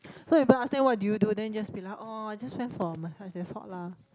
so even ask them what did you do then you'll just be like oh just went for a massage that's all lah